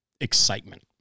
excitement